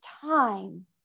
time